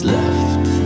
left